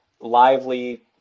lively